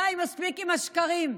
די, מספיק עם השקרים.